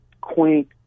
quaint